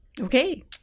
okay